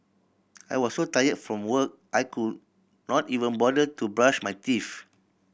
I was so tire from work I could not even bother to brush my teeth